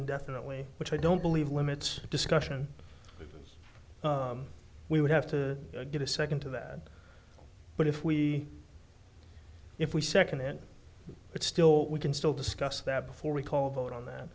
indefinitely which i don't believe limits discussion we would have to get a second to that but if we if we seconded but still we can still discuss that before we call vote on that